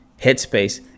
Headspace